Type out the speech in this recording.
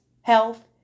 health